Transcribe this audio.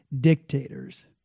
Dictators